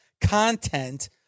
content